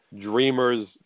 dreamers